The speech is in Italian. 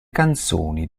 canzoni